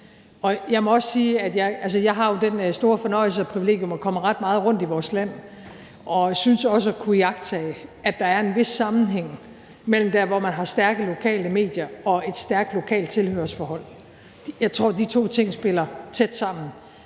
Jeg har jo den store fornøjelse og det store privilegium at komme ret meget rundt i vores land og synes også at kunne iagttage, at der er en vis sammenhæng mellem der, hvor man har stærke lokale medier og et stærkt lokalt tilhørsforhold. Jeg tror, de to ting spiller tæt sammen.